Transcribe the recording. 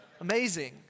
amazing